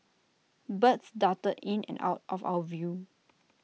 birds darted in and out of our view